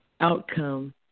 outcome